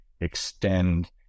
extend